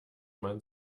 man